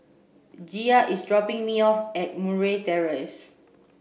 Gia is dropping me off at Murray Terrace